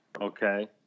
okay